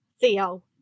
Theo